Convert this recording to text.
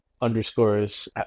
underscores